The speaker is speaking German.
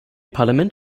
parlament